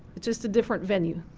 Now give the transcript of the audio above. just a different venue.